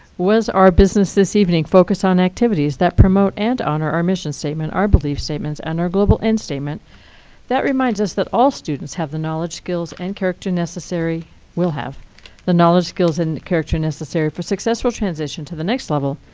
was our business this evening focused on activities that promote and honor our mission statement, our belief statements, and our global end statement that reminds us that all students have the knowledge, skills, and character necessary will have the knowledge, skills, and character necessary for successful transition to the next level,